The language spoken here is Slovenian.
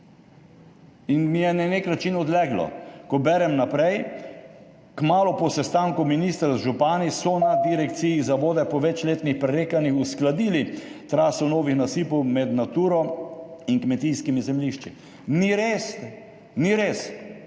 In mi je na nek način odleglo. Berem naprej: »Kmalu po sestanku ministra z župani so na Direkciji za vode po večletnih prerekanjih uskladili traso novih nasipov med Naturo in kmetijskimi zemljišči.« Ni res! Ni res.